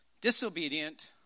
disobedient